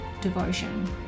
devotion